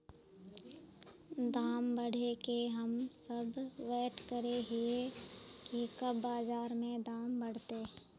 दाम बढ़े के हम सब वैट करे हिये की कब बाजार में दाम बढ़ते?